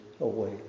away